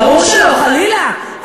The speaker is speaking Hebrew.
ברור שלא, חלילה.